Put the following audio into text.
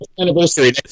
anniversary